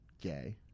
gay